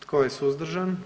Tko je suzdržan?